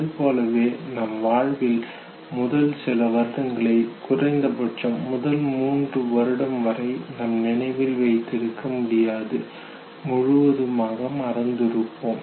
அதுபோலவே நம் வாழ்வில் முதல் சில வருடங்களை குறைந்தபட்சம் முதல் 3 வருடம் வரை நம் நினைவில் வைத்திருக்க முடியாது முழுவதுமாக மறந்திருப்போம்